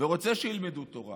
ורוצה שילמדו תורה,